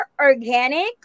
organic